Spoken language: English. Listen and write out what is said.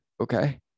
okay